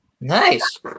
Nice